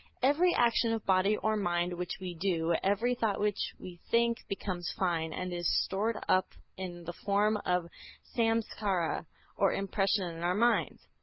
every action of body or mind which we do, every thought which we think, becomes fine, and is stored up in the form of a samskara or impression in our minds.